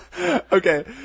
Okay